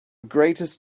greatest